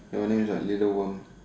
all these like little warm